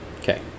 Okay